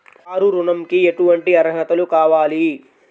Car ఋణంకి ఎటువంటి అర్హతలు కావాలి?